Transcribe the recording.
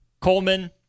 Coleman